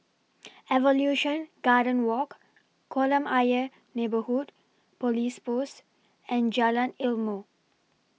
Evolution Garden Walk Kolam Ayer Neighbourhood Police Post and Jalan Ilmu